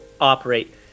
operate